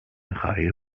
reihe